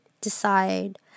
decide